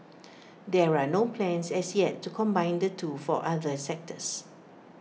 there are no plans as yet to combine the two for other sectors